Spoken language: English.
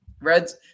Reds